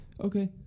okay